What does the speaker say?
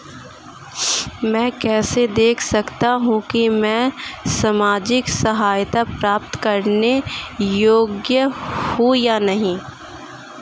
मैं कैसे देख सकता हूं कि मैं सामाजिक सहायता प्राप्त करने योग्य हूं या नहीं?